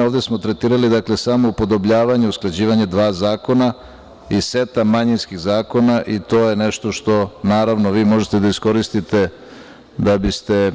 Ovde smo tretirali samo upodobljavanje, usklađivanje dva zakona iz seta manjinskih zakona i to je nešto što, naravno, vi možete da iskoristite da biste